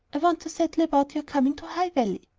i want to settle about your coming to high valley.